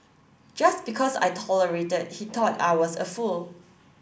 just because I tolerated he thought I was a fool